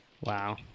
wow